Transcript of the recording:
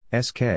SK